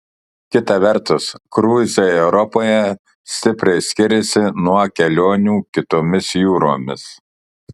kita vertus kruizai europoje stipriai skiriasi nuo kelionių kitomis jūromis